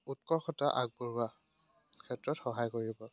উৎকৰ্ষতা আগবঢ়োৱাৰ ক্ষেত্ৰত সহায় কৰিব